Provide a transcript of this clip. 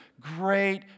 great